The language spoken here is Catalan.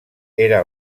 era